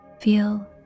Feel